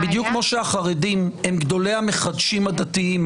בדיוק כמו שהחרדים הם גדולי המחדשים הדתיים,